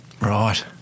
Right